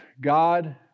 God